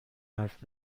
حرف